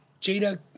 Jada